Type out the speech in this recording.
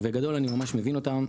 ובגדול אני ממש מבין אותם,